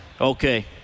Okay